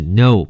no